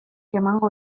emango